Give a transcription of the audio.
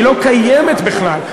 היא לא קיימת בכלל,